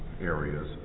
areas